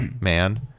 man